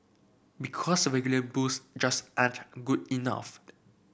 because regular booze just ain't good enough